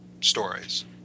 stories